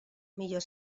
millor